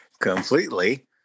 completely